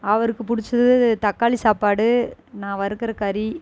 அவருக்கு பிடிச்சது இது தக்காளி சாப்பாடு நான் வறுக்கிற கறி